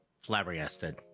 flabbergasted